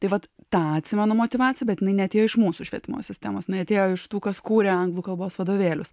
tai vat tą atsimenu motyvaciją bet jinai neatėjo iš mūsų švietimo sistemos jinai atėjo iš tų kas kūrė anglų kalbos vadovėlius